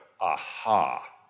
aha